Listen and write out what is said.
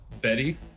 Betty